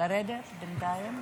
לרדת בינתיים?